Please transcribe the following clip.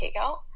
takeout